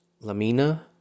Lamina